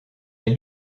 est